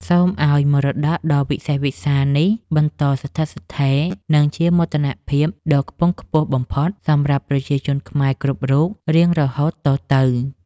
សូមឱ្យមរតកដ៏វិសេសវិសាលនេះបន្តស្ថិតស្ថេរ និង ជាមោទនភាពដ៏ខ្ពង់ខ្ពស់បំផុតសម្រាប់ប្រជាជនខ្មែរគ្រប់រូបរៀងរហូតតទៅ។